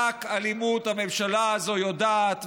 רק אלימות הממשלה הזאת יודעת,